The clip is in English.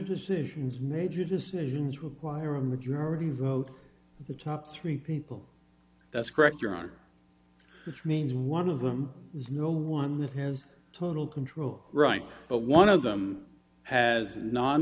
decisions major decisions require a majority vote the top three people that's correct your honor means one of them no one has total control right but one of them has non